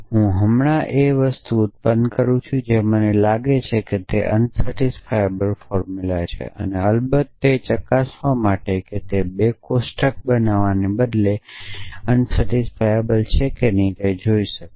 તેથી હું હમણાં ઉત્પન્ન કરું છું જે મને લાગે છે તે અસંતોષકારક ફોર્મુલા છે અને અલબત્ત તે ચકાસવા માટે કે તે 2 કોષ્ટક બનાવવાને બદલે અસંતોષકારક છે કે નહીં તે જોઈ શકાય